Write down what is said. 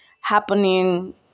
happening